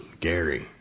Gary